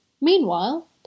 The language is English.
Meanwhile